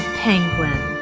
penguin